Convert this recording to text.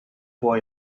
boy